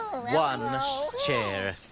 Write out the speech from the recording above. one chair.